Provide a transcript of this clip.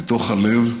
מתוך הלב,